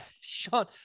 sean